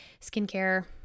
skincare